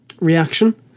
reaction